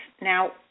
Now